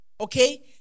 Okay